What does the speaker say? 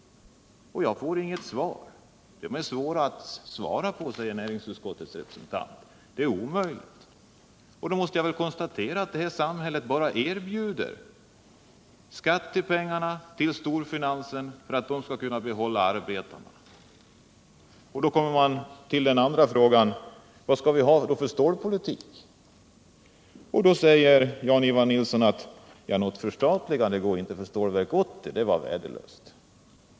Jag får inget svar. Frågan är svår att svara på, säger näringsutskottets representant, det är omöjligt att ge ett svar. Då måste jag väl konstatera att det här samhället bara erbjuder skattepengarna till storfinansen för att den skall kunna behålla arbetarna. Och då kommer man till den andra frågan: Vad skall vi har för stålpolitik? Jan-Ivan Nilsson säger att det inte går att förstatliga, eftersom Stålverk 80-projektet var värdelöst.